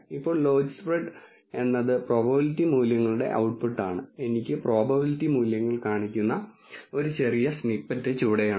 ഇപ്പോൾ ലോജിസ്പ്രെഡ് എന്നത് പ്രോബബിലിറ്റി മൂല്യങ്ങളുള്ള ഔട്ട്പുട്ടാണ് എനിക്ക് പ്രോബബിലിറ്റി മൂല്യങ്ങൾ കാണിക്കുന്ന ഒരു ചെറിയ സ്നിപ്പറ്റ് ചുവടെയുണ്ട്